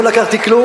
לא לקחתי,